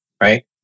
right